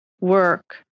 work